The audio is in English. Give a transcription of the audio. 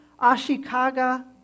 Ashikaga